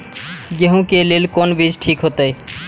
गेहूं के लेल कोन बीज ठीक होते?